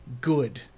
good